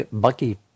Bucky